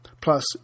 Plus